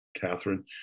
Catherine